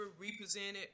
represented